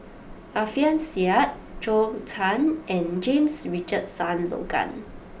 Alfian Sa'at Zhou Can and James Richardson Logan